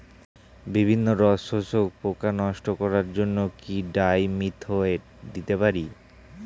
বিভিন্ন রস শোষক পোকা নষ্ট করার জন্য কি ডাইমিথোয়েট দিতে পারি?